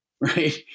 right